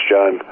John